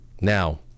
Now